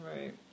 Right